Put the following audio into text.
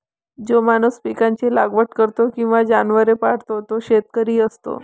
जो माणूस पिकांची लागवड करतो किंवा जनावरे पाळतो तो शेतकरी असतो